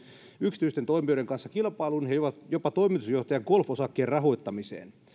yksityisten toimijoiden kanssa kilpailuun ja jopa toimitusjohtajan golfosakkeen rahoittamiseen